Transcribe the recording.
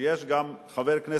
יש גם חבר כנסת,